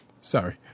sorry